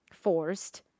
forced